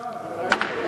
אפשר, זה רעיון,